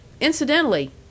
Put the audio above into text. Incidentally